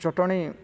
ଚଟଣୀ